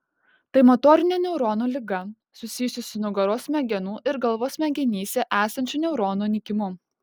tai motorinė neuronų liga susijusi su nugaros smegenų ir galvos smegenyse esančių neuronų nykimu